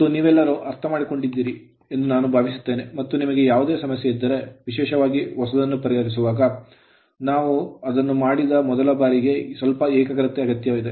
ಮತ್ತು ನೀವೆಲ್ಲರೂ ಅರ್ಥಮಾಡಿಕೊಂಡಿದ್ದೀರಿ ಎಂದು ನಾನು ಭಾವಿಸುತ್ತೇನೆ ಮತ್ತು ನಿಮಗೆ ಯಾವುದೇ ಸಮಸ್ಯೆ ಇದ್ದರೆ ವಿಶೇಷವಾಗಿ ಹೊಸದನ್ನು ಪರಿಹರಿಸುವುದು ಆರಂಭದಲ್ಲಿ ನಾವು ಅದನ್ನು ಮಾಡಿದಾಗ ಮೊದಲ ಬಾರಿಗೆ ಸ್ವಲ್ಪ ಏಕಾಗ್ರತೆಯ ಅಗತ್ಯವಿದೆ